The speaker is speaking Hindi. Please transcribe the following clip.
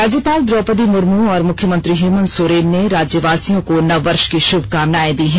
राज्यपाल द्रौपदी मुर्मू और मुख्यमंत्री हेमंत सोरेन ने राज्य वासियों को नववर्ष की शुभकामनाएं दी हैं